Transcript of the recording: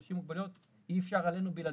אנשים עם מוגבלויות אי-אפשר עלינו בלעדינו.